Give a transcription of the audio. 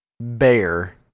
bear